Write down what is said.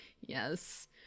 Yes